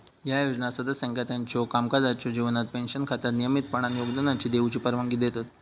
ह्या योजना सदस्यांका त्यांच्यो कामकाजाच्यो जीवनात पेन्शन खात्यात नियमितपणान योगदान देऊची परवानगी देतत